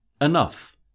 enough